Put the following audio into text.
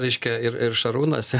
reiškia ir ir šarūnas